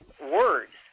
words